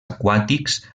aquàtics